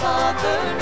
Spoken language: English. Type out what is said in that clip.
Father